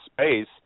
space